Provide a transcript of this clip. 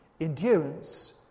Endurance